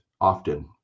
often